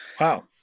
Wow